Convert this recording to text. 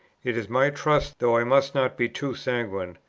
it is my trust, though i must not be too sanguine,